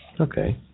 Okay